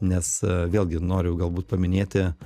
nes vėlgi noriu galbūt paminėti